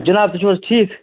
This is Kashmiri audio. جناب تُہۍ چھُو حظ ٹھیٖک